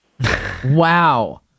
Wow